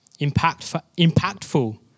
impactful